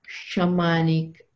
shamanic